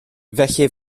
felly